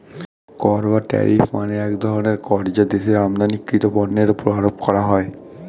কর বা ট্যারিফ মানে এক ধরনের কর যা দেশের আমদানিকৃত পণ্যের উপর আরোপ করা হয়